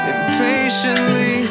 Impatiently